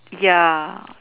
ya